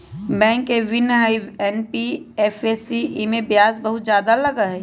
Bank से भिन्न हई एन.बी.एफ.सी इमे ब्याज बहुत ज्यादा लगहई?